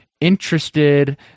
interested